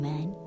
Man